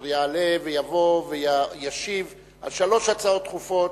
אשר יעלה ויבוא וישיב על שלוש שאילתות דחופות,